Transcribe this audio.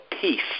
peace